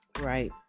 Right